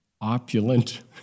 opulent